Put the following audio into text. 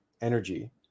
energy